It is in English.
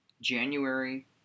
January